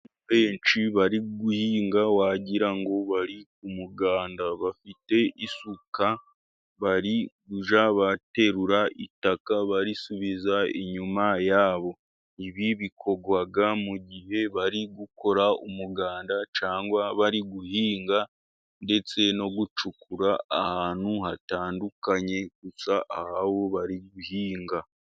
Benshi bari guhinga wagira ngo bari mu muganda, bafite isuka bari kujya baterura itaka barisubiza inyuma yabo, ibi bikorwa mu gihe bari gukora umuganda cyangwa bari guhinga ndetse no gucukura ahantu hatandukanye, gusa aba bo bari guhinga.